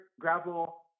gravel